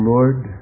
Lord